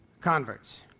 converts